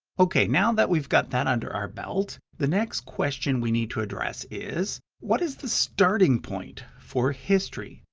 ok, now that we've got that under our belt, the next question we need to address is what is the starting point for history?